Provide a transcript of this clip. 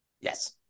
Yes